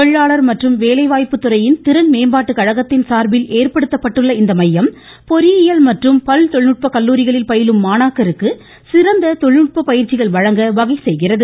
தொழிலாளர் மற்றும் வேலைவாய்ப்புத்துறையின் திறன் மேம்பாட்டு கழகத்தின் சார்பில் ஏற்படுத்தப்பட்டுள்ள இந்த மையம் பொறியியல் மற்றும் பல் தொழில்நுட்ப கல்லூரிகளில் பயிலும் மாணாக்கருக்கு சிறந்த தொழில் நுட்ப பயிற்சிகள் வழங்க வகை செய்கிறது